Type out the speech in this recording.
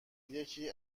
یکی